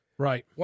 Right